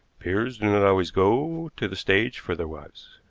peers do not always go to the stage for their wives.